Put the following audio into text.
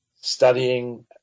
Studying